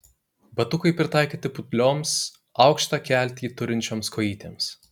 batukai pritaikyti putlioms aukštą keltį turinčioms kojytėms